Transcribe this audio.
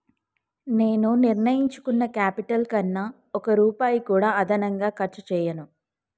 నేను నిర్ణయించుకున్న క్యాపిటల్ కన్నా ఒక్క రూపాయి కూడా అదనంగా ఖర్చు చేయను